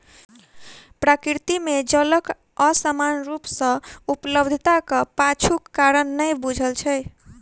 प्रकृति मे जलक असमान रूप सॅ उपलब्धताक पाछूक कारण नै बूझल छै